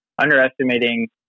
underestimating